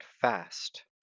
fast